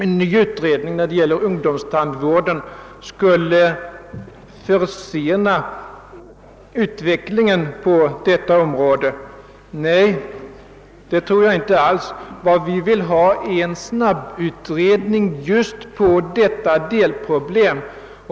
En särskild utredning när det gäller ungdomstandvården skulle försena utvecklingen på detta område. Nej, det tror jag inte alls. Vad vi vill ha är en snabbutredning just av detta delproblem.